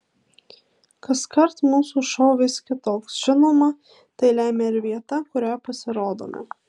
kaskart mūsų šou vis kitoks žinoma tai lemia ir vieta kurioje pasirodome